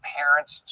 parents